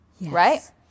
right